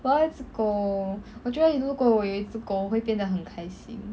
我要一只狗我觉得如果我有一只狗我会变得很开心